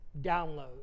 download